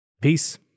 Peace